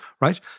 right